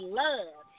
love